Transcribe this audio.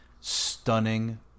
Stunning